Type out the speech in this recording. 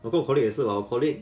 我跟我 colleague 也是 what 我 colleague